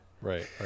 Right